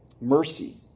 mercy